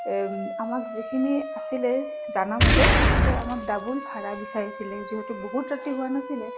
আমাক যিখিনি আছিলে জানা মতে তাতকৈ আমাক ডাবোল ভাড়া বিচাৰিছিলে যিহেতু বহুত ৰাতি হোৱা নাছিলে